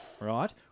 right